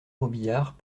robiliard